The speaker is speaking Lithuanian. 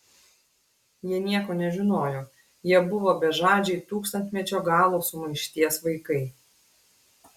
jie nieko nežinojo jie buvo bežadžiai tūkstantmečio galo sumaišties vaikai